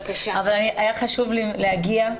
היה חשוב לי להגיע.